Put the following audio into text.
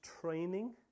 training